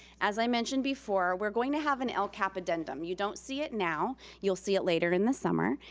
as i mentioned before, we're going to have an lcap addendum. you don't see it now. you'll see it later in the summer.